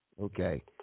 Okay